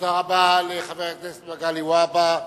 תודה רבה לחבר הכנסת מגלי והבה.